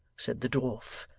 said the dwarf,